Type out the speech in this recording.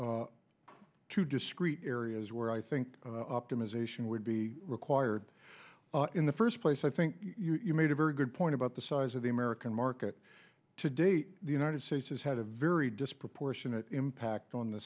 two discrete areas where i think optimization would be required in the first place i think you made a very good point about the size of the american market today the united states has had a very disproportionate impact on the